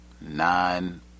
nine